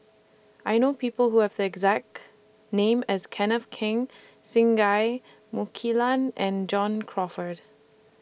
I know People Who Have The exact name as Kenneth Keng Singai Mukilan and John Crawfurd